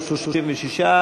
36,